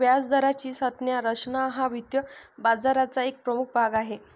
व्याजदराची संज्ञा रचना हा वित्त बाजाराचा एक प्रमुख भाग आहे